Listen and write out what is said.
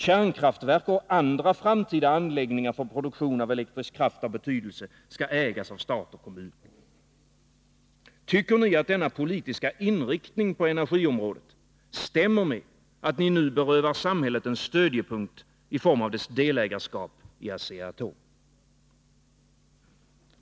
Kärnkraftverk och andra framtida anläggningar för produktion av elektrisk kraft av betydelse skall ägas av stat och kommun.” Tycker ni att denna politiska inriktning på energiområdet stämmer med att ni nu berövar samhället en stödjepunkt i form av dess delägarskap i Asea-Atom?